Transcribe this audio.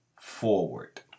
forward